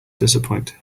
disappoint